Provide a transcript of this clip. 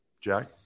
Jack